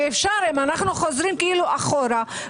ואם חוזרים אחורה,